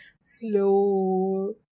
slow